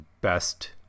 best